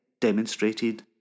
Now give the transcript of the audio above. demonstrated